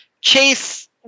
Chase